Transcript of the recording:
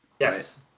Yes